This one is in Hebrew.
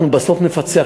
אנחנו בסוף נפצח,